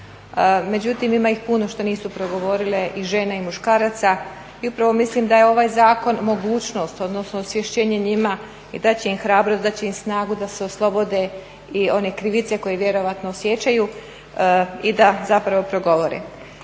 međutim ima ih puno što nisu progovorile, i žena i muškaraca i upravo mislim da je ovaj zakon mogućnost, odnosno osvješćenje njima i dat će im hrabrost, dat će im snagu da se oslobode i one krivice koju vjerojatno osjećaju i da zapravo progovore.